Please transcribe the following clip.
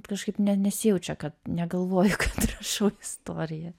kažkaip ne nesijaučia kad negalvoju kad rašau istoriją